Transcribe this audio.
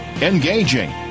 engaging